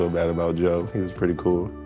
ah bad about joe, he's pretty cool.